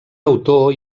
autor